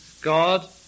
God